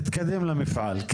תתקדם למפעל.